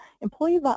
employee